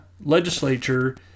legislature